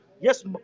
Yes